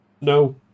No